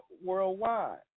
worldwide